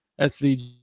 SVG